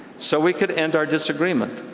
so we could end our disagreement.